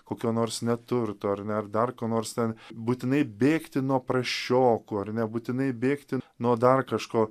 kokio nors neturto ar ne ar dar ko nors ten būtinai bėgti nuo prasčiokų ar ne būtinai bėgti nuo dar kažko